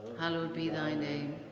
hallowed be thy name,